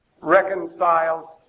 reconciles